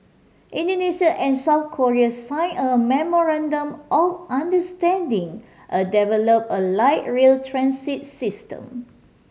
Indonesia and South Korea signed a memorandum of understanding a develop a light rail transit system